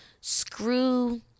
Screw